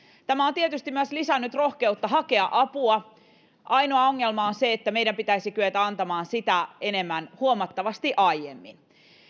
tämä on tietysti myös lisännyt rohkeutta hakea apua ainoa ongelma on se että meidän pitäisi kyetä antamaan sitä enemmän huomattavasti aiemmin